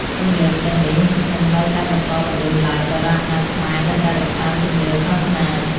សំឡេងទាំងនេះនឹងនៅតែបន្តបន្លឺឡើង ដរាបណាខ្មែរនៅតែរក្សាជំនឿសាសនា។